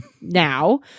now